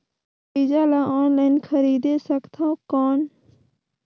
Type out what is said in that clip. बीजा ला ऑनलाइन खरीदे सकथव कौन?